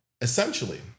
essentially